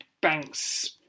banks